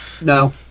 No